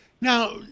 Now